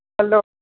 hello